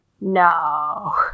No